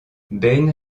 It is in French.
ben